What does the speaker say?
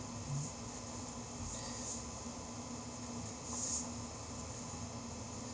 mm